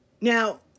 Now